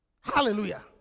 Hallelujah